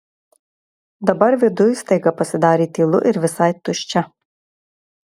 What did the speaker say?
dabar viduj staiga pasidarė tylu ir visai tuščia